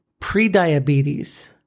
prediabetes